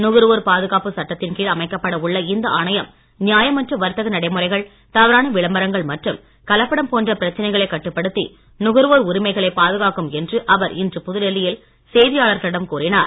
நுகர்வோர் பாதுகாப்பு சட்டத்தின் கீழ் அமைக்கப்பட உள்ள இந்த ஆணையம் நியாயமற்ற வர்த்தக நடைமுறைகள் தவறான விளம்பரங்கள் மற்றும் கலப்படம் போன்ற பிரச்சனைகளை கட்டுப்படுத்தி நுகர்வோர் உரிமைகளை பாதுகாக்கும் என்று அவர் இன்று புதுடெல்லியில் செய்தியாளர்களிடம் கூறினார்